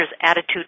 attitude